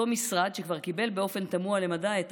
אותו משרד שכבר קיבל באופן תמוה למדי את